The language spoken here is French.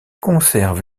conserve